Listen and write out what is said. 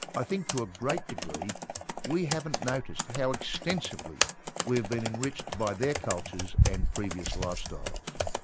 i think to a great degree we haven't noticed how extensively we have been enriched by their cultures and previous lifestyles.